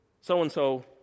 so-and-so